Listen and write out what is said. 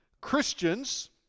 Christians